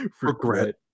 Regret